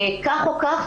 כך או כך,